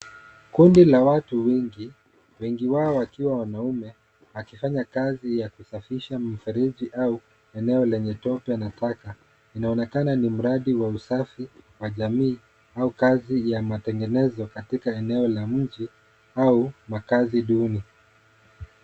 Kundi la watu wengi ,wengi wao wakiwa wanaume wakifanya kazi ya kusafisha mifereji au eneo lenye tope na taka. Inaonekana ni mradi wa usafi wa jamii au kazi ya matengeneza katika eneo la mji au makazi duni.